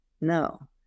No